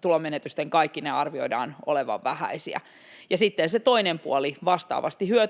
tulonmenetysten kaikkineen arvioidaan olevan vähäisiä. Ja sitten se toinen puoli: Vastaavasti voi